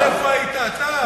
איפה היית אתה?